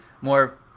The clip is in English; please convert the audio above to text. more